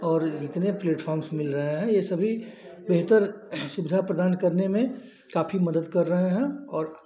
और इतने प्लेटफाॅर्म्स मिल रहे हैं यह सभी बेहतर सुविधा प्रदान करने में काफ़ी मदद कर रहे हैं और